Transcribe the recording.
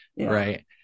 right